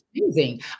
amazing